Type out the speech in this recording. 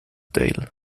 dale